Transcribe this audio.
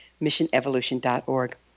missionevolution.org